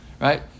Right